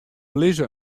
lizze